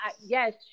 yes